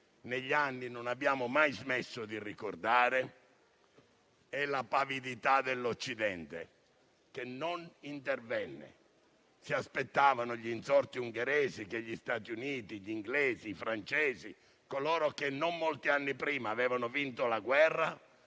negli anni non abbiamo mai smesso di ricordare è la pavidità dell'Occidente, che non intervenne. Gli insorti ungheresi si aspettavano che Stati Uniti, inglesi, francesi, coloro che non molti anni prima avevano vinto la guerra,